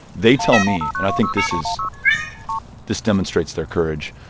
they tell me and i think this is this demonstrates their courage.